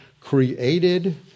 created